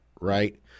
right